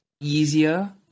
easier